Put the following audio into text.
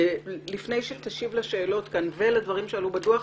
לפני שתשיב לשאלות כאן ולדברים שעלו בדוח,